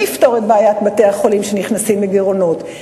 מי יפתור את בעיית בתי-החולים שנכנסים לגירעונות?